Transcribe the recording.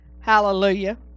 hallelujah